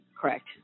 Correct